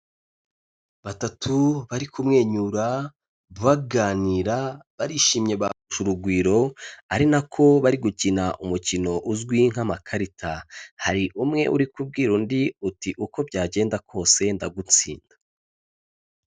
Batatu bari kumwenyura baganira, barishimye, bahuje urugwiro ari nako bari gukina umukino uzwi nk'amakarita, hari umwe uri kubwira undi uti uko byagenda kose ndagutsinda.